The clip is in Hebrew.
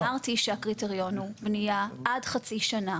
אני אמרתי שהקריטריון הוא בנייה עד חצי שנה.